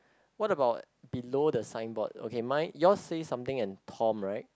what about below the signboard okay mine yours says something and Tom right